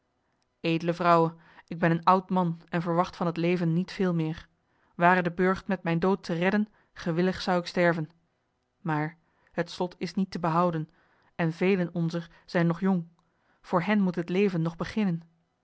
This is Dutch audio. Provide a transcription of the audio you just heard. edele vrouwe ik ben een oud man en verwacht van het leven niet veel meer ware de burcht met mijn dood te redden gewillig zou ik sterven maar het slot is niet te behouden en velen onzer zijn nog jong voor hen moet het leven nog beginnen